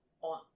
on